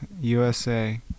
USA